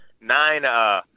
nine